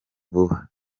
vuba